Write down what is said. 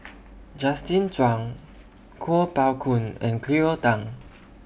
Justin Zhuang Kuo Pao Kun and Cleo Thang